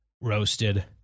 Roasted